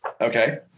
Okay